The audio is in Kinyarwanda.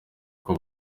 uko